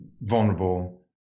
vulnerable